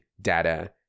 data